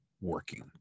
working